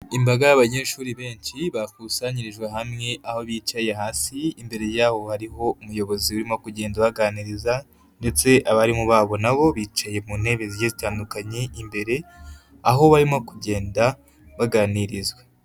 Imbaga y'abanyeshuri benshi bakusanyirijwe hamwe, aho bicaye hasi, imbere yabo hariho umuyobozi urimo kugenda ubaganiriza, ndetse abarimu babo na bo bicaye mu ntebe zigiye zitandukanye imbere, aho barimo kugenda baganirizwa.